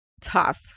tough